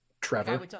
Trevor